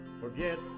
forget